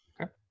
Okay